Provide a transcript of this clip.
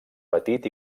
petit